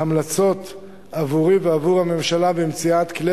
המלצות עבורי ועבור הממשלה למציאת כלי